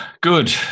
good